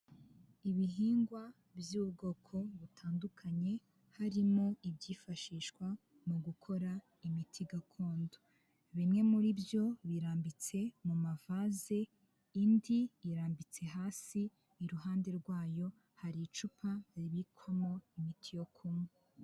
Ibihingwa by'ubwoko butandukanye harimo ibyifashishwa mu gukora imiti gakondo, bimwe muri byo birambitse mu mavaze, indi irambitse hasi, iruhande rwayo hari icupa ribikwamo imiti yo kunywa.